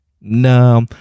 no